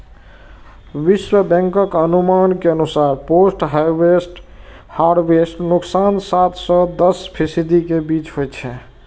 विश्व बैंकक अनुमान के अनुसार पोस्ट हार्वेस्ट नुकसान सात सं दस फीसदी के बीच होइ छै